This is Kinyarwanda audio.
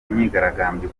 myigaragambyo